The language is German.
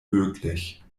möglich